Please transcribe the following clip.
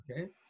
okay